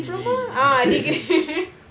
degree degree